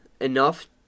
enough